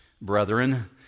brethren